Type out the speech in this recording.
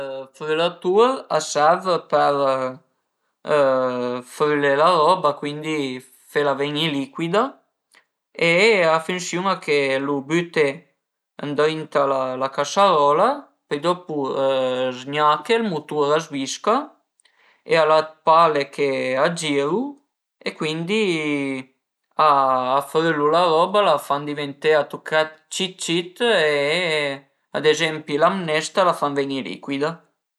Ël frülatur a serv për frülé la roba, cuindi fela ven-i licuida e a funsiun-a che lu büte ëndrinta a la casarola, pöi dopu zgnache, ël mutur a së visca e al a d'pale che a giru e cuindi a früla la roba, a la fan diventé a tuchèt cit cit e ad ezempi la mnesta a la fan ven-i licuida